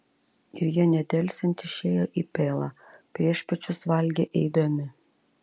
ir jie nedelsiant išėjo į pelą priešpiečius valgė eidami